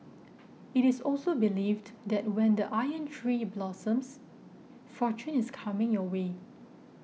it is also believed that when the Iron Tree blossoms fortune is coming your way